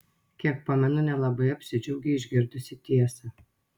kiek pamenu nelabai apsidžiaugei išgirdusi tiesą